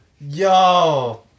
Yo